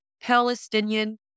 Palestinian